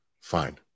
fine